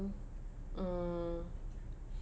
um